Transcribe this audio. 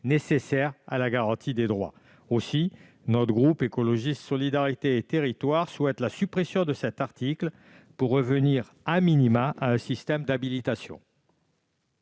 nécessaire à la garantie des droits. Aussi, le groupe Écologiste -Solidarité et Territoires souhaite la suppression de cet article pour en rester,, à un système d'habilitation.